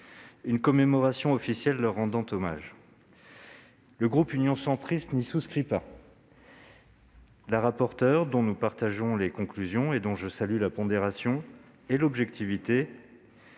une commémoration officielle leur rendant hommage. Le groupe Union Centriste n'y souscrit pas. Notre rapporteure, dont nous partageons les conclusions et dont je salue la pondération et l'objectivité,